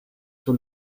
sur